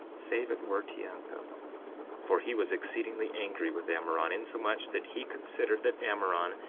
save it were teancum for he was exceedingly angry with ammoron, insomuch that he considered that ammoron,